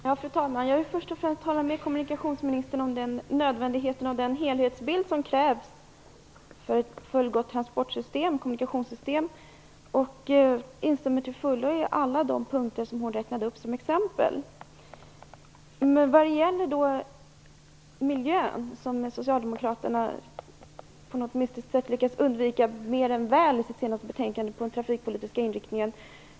Fru talman! Jag vill först och främst säga att jag håller med kommunikationsministern om att det krävs en helhetsbild för ett fullgott kommunikationssystem. Jag instämmer till fullo i alla de punkter som hon räknade upp som exempel. Socialdemokraterna har på något mystiskt sätt lyckats undvika miljön mer än väl i det senaste betänkandet om den trafikpolitiska inriktningen.